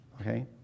Okay